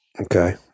Okay